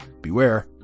beware